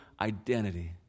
identity